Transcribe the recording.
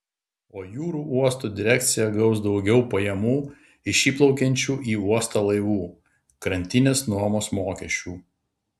o jūrų uosto direkcija gaus daugiau pajamų iš įplaukiančių į uostą laivų krantinės nuomos mokesčių